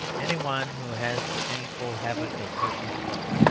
any one who has the painful habit of personal thought,